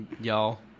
Y'all